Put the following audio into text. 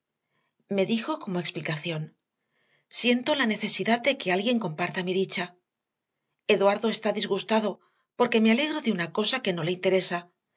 me dijo como explicación siento la necesidad de que alguien comparta mi dicha eduardo está disgustado porque me alegro de una cosa que no le interesa